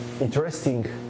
interesting